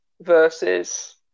versus